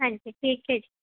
ਹਾਂਜੀ ਠੀਕ ਹੈ ਜੀ